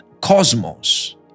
cosmos